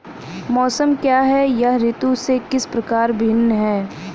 मौसम क्या है यह ऋतु से किस प्रकार भिन्न है?